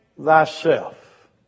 thyself